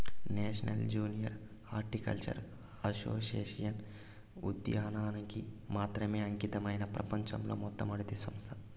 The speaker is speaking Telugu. నేషనల్ జూనియర్ హార్టికల్చరల్ అసోసియేషన్ ఉద్యానవనానికి మాత్రమే అంకితమైన ప్రపంచంలో మొట్టమొదటి సంస్థ